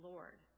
Lord